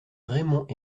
raymond